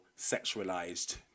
sexualized